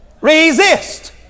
Resist